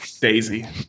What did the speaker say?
daisy